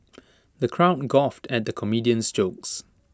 the crowd guffawed at the comedian's jokes